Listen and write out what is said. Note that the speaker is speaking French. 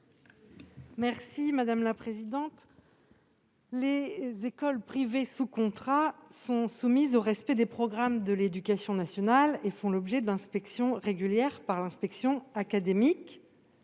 Mme Céline Brulin. Les écoles privées sous contrat sont soumises au respect des programmes de l'éducation nationale et font l'objet d'inspections régulières par l'inspection académique.